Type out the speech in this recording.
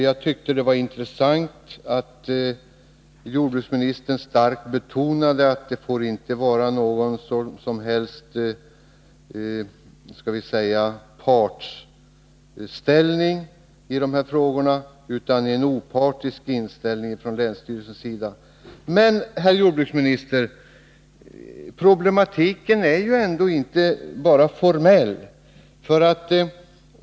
Jag tyckte att det var intressant att jordbruksministern starkt betonade att länsstyrelsen inte får inta så att säga en partsställning i de här frågorna utan att det skall vara en opartisk inställning från länsstyrelsens sida. Men, herr jordbruksminister, problematiken är ju ändå inte bara formell.